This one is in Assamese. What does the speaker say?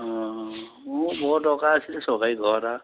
অঁ মোৰো বৰ দৰকাৰ আছিলে চৰকাৰী ঘৰ এটা